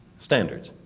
standards,